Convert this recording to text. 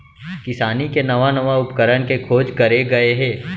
किसानी के नवा नवा उपकरन के खोज करे गए हे